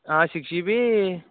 six GB